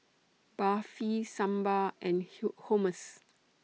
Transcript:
Barfi Sambar and Hummus